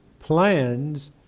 Plans